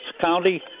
County